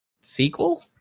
sequel